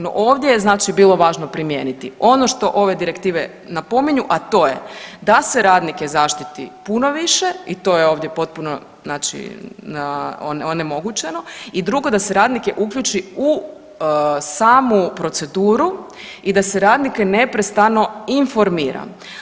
No, ovdje je znači bilo važno primijeniti, ono što ove direktive napominju, a to je da se radnike zaštiti puno više i to je ovdje potpuno znači, onemogućeno i drugo, da se radnike uključi u samu proceduru i da se radnike neprestano informira.